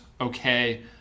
okay